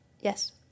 Yes